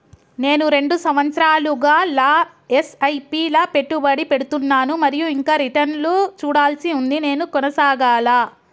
నేను రెండు సంవత్సరాలుగా ల ఎస్.ఐ.పి లా పెట్టుబడి పెడుతున్నాను మరియు ఇంకా రిటర్న్ లు చూడాల్సి ఉంది నేను కొనసాగాలా?